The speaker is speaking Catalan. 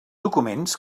documents